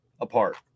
apart